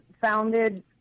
founded